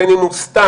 בין אם הוא סתם,